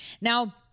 now